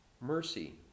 Mercy